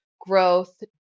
growth